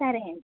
సరే అండి